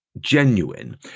genuine